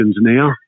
now